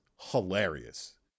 hilarious